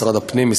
משרד הפנים,